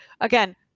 again